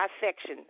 dissection